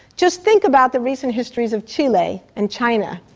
just think about the recent histories of chile and china.